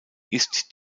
ist